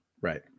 Right